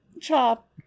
chop